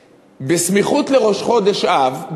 קצת: בסמיכות לראש חודש אב,